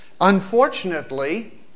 Unfortunately